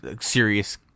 serious